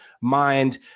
mind